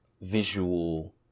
visual